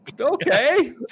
Okay